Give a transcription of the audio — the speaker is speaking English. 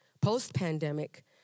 post-pandemic